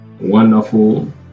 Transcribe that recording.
wonderful